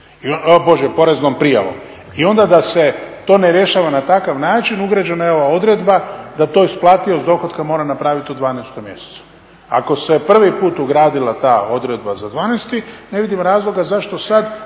I onda da se to ne rješava na takav način ugrađena je ova odredba da to isplativost dohotka mora napraviti u 12.mjesecu. Ako se prvi put ugradila ta odredba za 12.ne vidim razloga zašto sada